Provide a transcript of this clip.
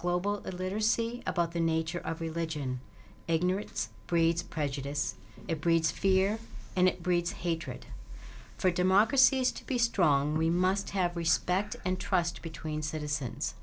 global illiteracy about the nature of religion ignorance breeds prejudice it breeds fear and it breeds hatred for democracies to be strong we must have respect and trust between citizens